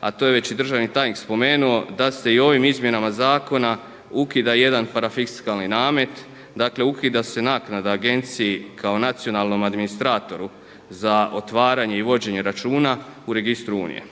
a to je već i državni tajnik spomenuo da se i ovim izmjenama zakona ukida jedan parafiskalni namet, dakle ukida se naknada agenciji kao nacionalnom administratoru za otvaranje i vođenje računa u registru unije.